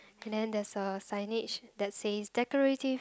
and then there's a signage that says decorative